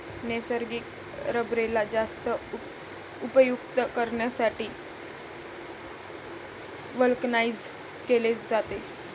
नैसर्गिक रबरेला जास्त उपयुक्त करण्यासाठी व्हल्कनाइज्ड केले जाते